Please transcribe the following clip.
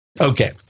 Okay